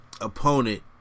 opponent